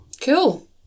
Cool